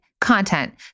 content